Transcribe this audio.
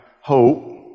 hope